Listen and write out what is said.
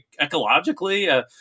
ecologically